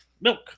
milk